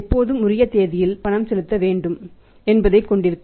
எப்போதும் உரிய தேதியில் பணம் செலுத்த வேண்டும் என்பதைக் கொண்டிருக்கும்